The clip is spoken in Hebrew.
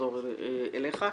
נחזור אליך.